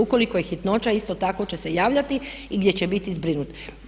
Ukoliko je hitnoča isto tako će se javljati gdje će biti zbrinut.